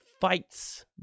fights